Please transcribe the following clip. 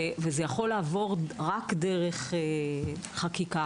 וזה יכול לעבור רק דרך חקיקה.